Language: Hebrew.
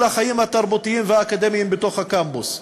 החיים התרבותיים והאקדמיים בתוך הקמפוס.